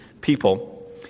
people